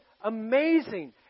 amazing